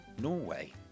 Norway